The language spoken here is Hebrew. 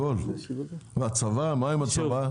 ומה עם הצבא?